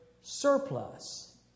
surplus